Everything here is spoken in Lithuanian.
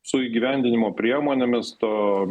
su įgyvendinimo priemonėmis to